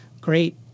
great